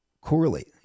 correlate